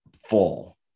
full